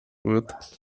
group